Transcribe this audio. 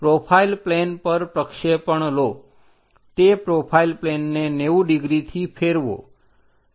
profile plane પર પ્રક્ષેપણ લો તે પ્રોફાઈલ પ્લેનને 90 ડિગ્રીથી ફેરવો